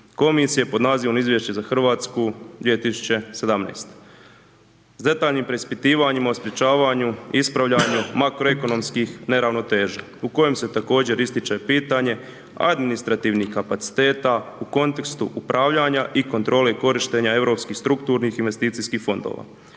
komisije pod nazivom „Izvješće za Hrvatsku 2017.“ s detaljnim preispitivanjima o sprječavanju, ispravljanju makroekonomskih neravnoteža u kojem se također ističe pitanje administrativnih kapaciteta u kontekstu upravljanja i kontrole korištenje europskih strukturnih investicijskih fondova